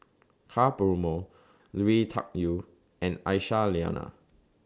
Ka Perumal Lui Tuck Yew and Aisyah Lyana